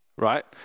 right